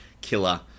killer